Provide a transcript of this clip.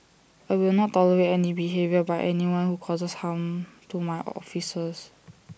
I will not tolerate any behaviour by anyone who causes harm to my officers